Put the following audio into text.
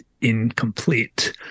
incomplete